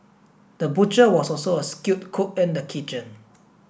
the butcher was also a skilled cook in the kitchen